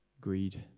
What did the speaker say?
greed